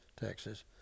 Texas